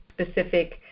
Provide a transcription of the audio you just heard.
specific